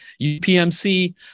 UPMC